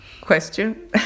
question